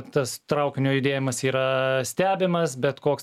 tas traukinio judėjimas yra stebimas bet koks